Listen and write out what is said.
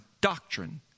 doctrine